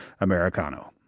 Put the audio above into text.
Americano